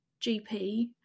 GP